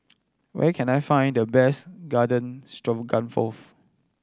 where can I find the best Garden Stroganoff